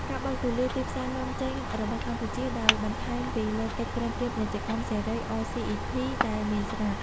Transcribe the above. ការបើកទូលាយទីផ្សារនាំចេញរបស់កម្ពុជា ដោយបន្ថែមពីលើកិច្ចព្រមព្រៀងពាណិជ្ជកម្មសេរី អ សុី អុី ភី(RCEP) ដែលមានស្រាប់។